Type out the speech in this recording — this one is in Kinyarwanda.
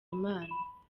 imana